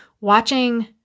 watching